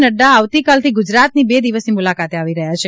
નડ્ડા આવતીકાલથી ગુજરાતની બે દિવસની મુલાકાતે આવી રહ્યા છે